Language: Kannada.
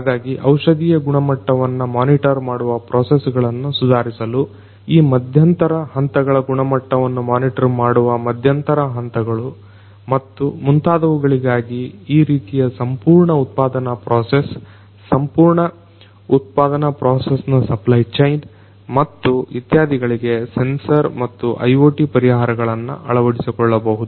ಹಾಗಾಗಿ ಔಷಧಿಯ ಗುಣಮಟ್ಟವನ್ನ ಮೊನಿಟರ್ ಮಾಡುವ ಪ್ರೊಸೆಸ್ಗಳನ್ನು ಸುಧಾರಿಸಲು ಈ ಮಧ್ಯಂತರ ಹಂತಗಳ ಗುಣಮಟ್ಟವನ್ನ ಮೊನಿಟರ್ ಮಾಡುವ ಮಧ್ಯಂತರ ಹಂತಗಳು ಮತ್ತು ಮುಂತಾದವುಗಳಗಾಗಿ ಈ ರೀತಿಯ ಸಂಪೂರ್ಣ ಉತ್ಪಾದನಾ ಪ್ರೊಸೆಸ್ ಸಂಪೂರ್ಣ ಉತ್ಪಾದನಾ ಪ್ರೊಸೆಸ್ನ ಸಪ್ಲೈಚೈನ್ ಮತ್ತು ಇತ್ಯಾದಿಗಳಿಗೆ ಸೆನ್ಸರ್ ಮತ್ತು IoT ಪರಿಹಾರಗಳನ್ನ ಅಳವಡಿಸಿಕೊಳ್ಳಬಹುದು